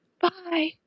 Bye